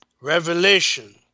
Revelation